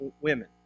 women